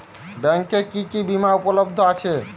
ব্যাংকে কি কি বিমা উপলব্ধ আছে?